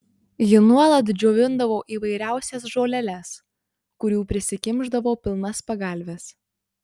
ji nuolat džiovindavo įvairiausias žoleles kurių prisikimšdavo pilnas pagalves